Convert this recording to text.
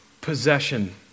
possession